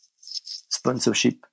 sponsorship